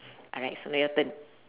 alright so your turn